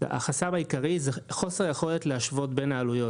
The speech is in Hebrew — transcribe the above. החסם העיקרי זה חוסר יכולת להשוות בין העלויות,